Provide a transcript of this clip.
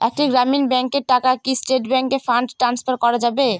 একটি গ্রামীণ ব্যাংকের টাকা কি স্টেট ব্যাংকে ফান্ড ট্রান্সফার করা যাবে?